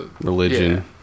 religion